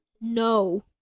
No